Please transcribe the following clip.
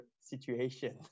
situation